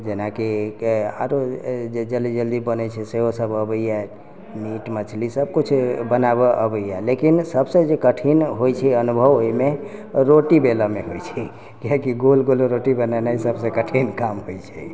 जेनाकी आरो जे जल्दी जल्दी बनै छै सेहोसभ अबैए मीट मछली सभकुछ बनाबऽ अबैए लेकिन सभसँ जे कठिन होइ छै अनुभव ओहिमे रोटी बेलयमे होइ छै कियाकि गोल गोल रोटी बनेनाइ सभसँ कठिन काम होइ छै